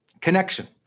Connection